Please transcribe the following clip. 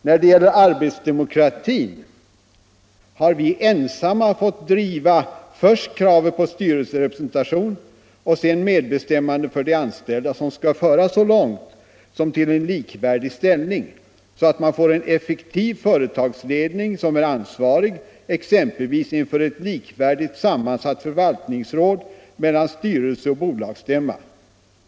”När det gäller arbetsdemokratin har vi ensamma fått driva först kravet på styrelserepresentation och sen medbestämmande för de anställda, som ska föra så långt som till en likvärdig ställning så att man får en effektiv företagsledning som är ansvarig exempelvis inför ett likvärdigt sammansatt förvaltningsråd mellan styrelse och bolagsstämma.